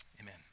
Amen